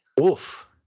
Oof